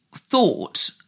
thought